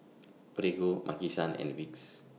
Prego Maki San and Vicks